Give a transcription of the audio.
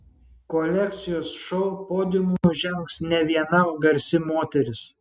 kolekcijos šou podiumu žengs ne viena garsi moteris